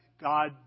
God